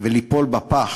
וליפול בפח